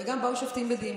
באו גם שופטים בדימוס.